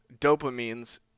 dopamine's